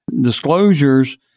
Disclosures